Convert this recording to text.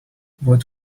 what